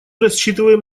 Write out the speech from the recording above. рассчитываем